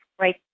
right